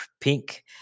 pink